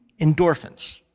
endorphins